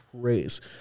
crazy